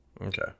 Okay